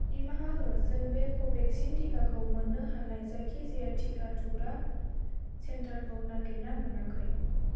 निमाहा हो जों बे कभेक्सिन थिखाखौ मोननो हानाय जायखिजाया टिका थुग्रा सेन्टारखौ नागिरना मोनाखै